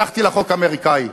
הלכתי לחוק האמריקני,